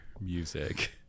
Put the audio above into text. music